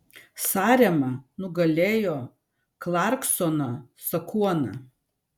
sarema nugalėjo klarksoną sakuoną